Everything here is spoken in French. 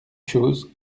chooz